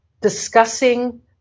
discussing